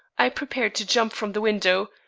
i prepared to jump from the window,